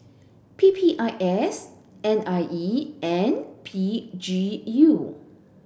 P P I S N I E and P G U